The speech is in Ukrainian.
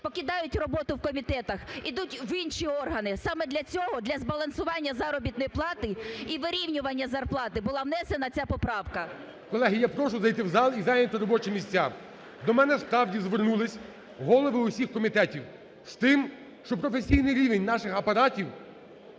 покидають роботу в комітетах, ідуть в інші органи. Саме для цього, для збалансування заробітної плати і вирівнювання зарплати була внесена ця поправка. ГОЛОВУЮЧИЙ. Колеги, я прошу зайти в зал і зайняти робочі місця. До мене справді звернулись голови усіх комітетів з тим, що професійний рівень наших апаратів